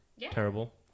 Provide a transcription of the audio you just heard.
terrible